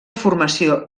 formació